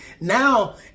now